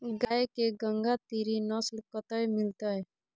गाय के गंगातीरी नस्ल कतय मिलतै?